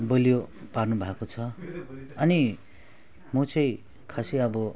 बलियो पार्नु भएको छ अनि म चाहिँ खासै अब